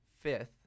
fifth